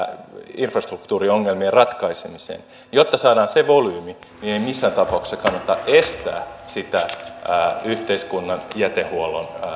infrastruktuuriongelmien ratkaisemiseen jotta saadaan se volyymi niin ei missään tapauksessa kannata estää sitä yhteiskunnan jätehuollon